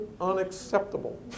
unacceptable